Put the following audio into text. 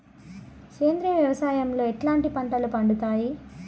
సేంద్రియ వ్యవసాయం లో ఎట్లాంటి పంటలు పండుతాయి